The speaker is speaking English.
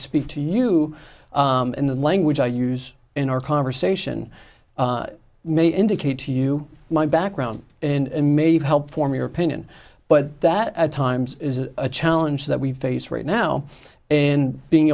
speak to you in the language i use in our conversation may indicate to you my background and may have helped form your opinion but that at times is a challenge that we face right now and being